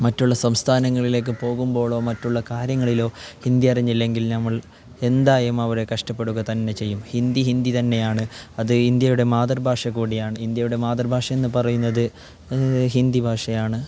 മറ്റുള്ള സംസ്ഥാനങ്ങളിലേക്ക് പോകുമ്പോളോ മറ്റുള്ള കാര്യങ്ങളിലോ ഹിന്ദി അറിഞ്ഞില്ലെങ്കിൽ നമ്മൾ എന്തായാലും അവിടെ കഷ്ടപ്പെടുക തന്നെ ചെയ്യും ഹിന്ദി ഹിന്ദി തന്നെയാണ് അത് ഇന്ത്യയുടെ മാതൃഭാഷ കൂടെയാണ് ഇന്ത്യയുടെ മാതൃഭാഷ എന്ന് പറയുന്നത് ഹിന്ദി ഭാഷയാണ്